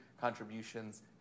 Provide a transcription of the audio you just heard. contributions